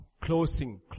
Closing